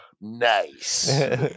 Nice